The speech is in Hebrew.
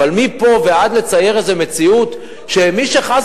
אבל מפה ועד לצייר איזה מציאות שמי שחס